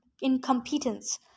incompetence